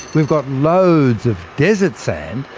we've got loads of desert sand,